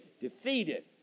defeated